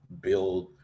build